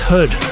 Hood